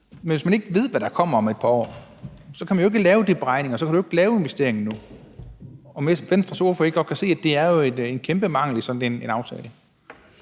det. Hvis man ikke ved, hvad der kommer om et par år, kan man jo ikke lave de beregninger, og så kan man jo ikke lave investeringen nu. Kan Venstres ordfører ikke godt se, at det er en kæmpe mangel i sådan en aftale?